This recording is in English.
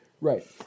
Right